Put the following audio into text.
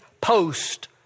post